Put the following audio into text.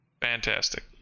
Fantastic